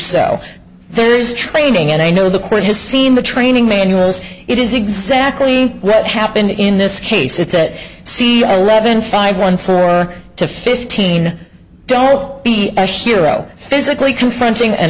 so there's training and i know the court has seen the training manuals it is exactly what happened in this case it's at sea level in five one four to fifteen don't be hero physically confronting an